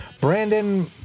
Brandon